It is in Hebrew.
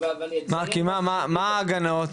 מה ההגנות?